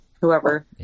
Whoever